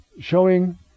showing